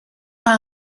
are